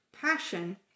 passion